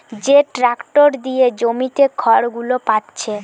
যে ট্যাক্টর দিয়ে জমিতে খড়গুলো পাচ্ছে